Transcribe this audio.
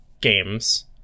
games